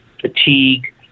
fatigue